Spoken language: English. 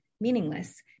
meaningless